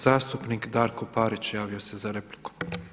Zastupnik Darko Parić javio se za repliku.